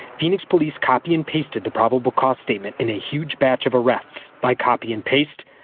phoenix police copy and pasted the probable cause statement in a huge batch of arrests by copy and paste.